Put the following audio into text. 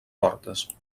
portes